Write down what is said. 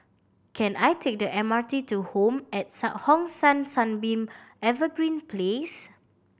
can I take the M R T to Home at Hong San Sunbeam Evergreen Place